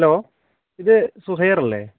hello ഇത് സുഹൈറല്ലേ